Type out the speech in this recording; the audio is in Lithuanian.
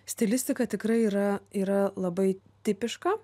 stilistika tikrai yra yra labai tipiška